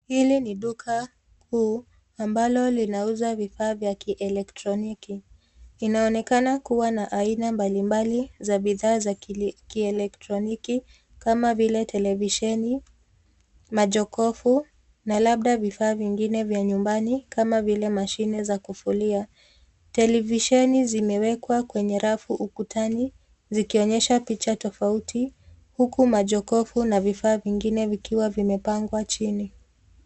Hili ni duka kuu ambalo linauzwa bidhaa vya kieletroniki. Inaonekana kiwa na aina mbalimbali za bidhaa za kieletroniki kama vile televisheni, majokofu na labda vifaa vingine vya nyumbani kama vile mashine za kufulia. Televisheni zimewekwa kwenye rafu ukutani zikionyesha picha tofauti, huku majokofu na vifaa vingine vikiwa vimepangwa chini.